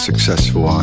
Successful